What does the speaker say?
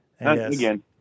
again